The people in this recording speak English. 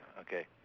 Okay